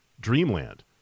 dreamland